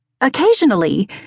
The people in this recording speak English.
Occasionally